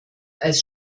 als